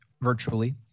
virtually